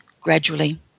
gradually